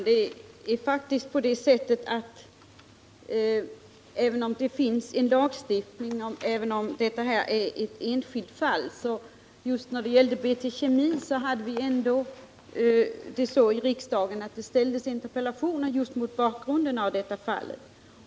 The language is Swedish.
Herr talman! Jag är medveten om att det här gäller ett enskilt fall. Men när det gällde BT-Kemi ställdes det interpellationer i riksdagen om just det då aktuella fallet.